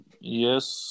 Yes